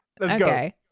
okay